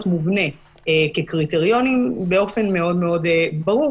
מובנה כקריטריונים באופן מאוד מאוד ברור,